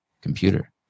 computer